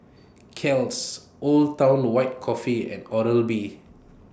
Kiehl's Old Town White Coffee and Oral B